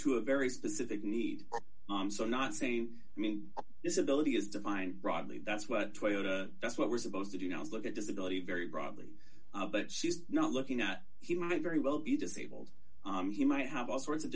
to a very specific need i'm so not saying i mean this ability is defined broadly that's what that's what we're supposed to do now is look at disability very broadly but she's not looking at he might very well be disabled he might have all sorts of